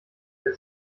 der